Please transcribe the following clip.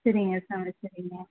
சரிங்க சாமி சரிங்க